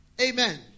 amen